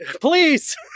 Please